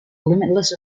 limitless